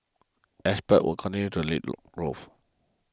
exports will continue to lead growth